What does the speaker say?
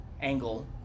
angle